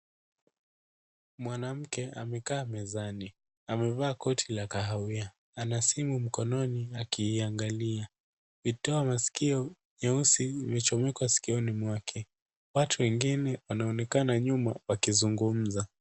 Mwanamke amekaa mezani. Amevaa koti la kahawia. Ana simu mkononi akiiangalia. Vitoa masikio meusi vimechomekwa masikioni mwake. Watu wengine wanaonekana nyuma wakizungumza.